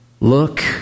Look